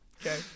Okay